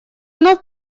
вновь